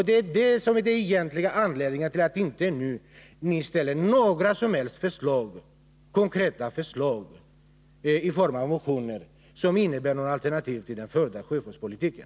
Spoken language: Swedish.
Det är det som är den egentliga anledningen till att ni inte nu lägger fram några som helst konkreta förslag i form av motioner med alternativ till den förda sjöfartspolitiken.